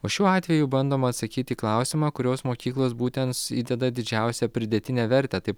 o šiuo atveju bandoma atsakyti į klausimą kurios mokyklos būtent įdeda didžiausią pridėtinę vertę taip